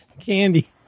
Candy